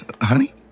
Honey